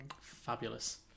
Fabulous